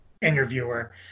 interviewer